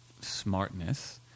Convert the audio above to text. smartness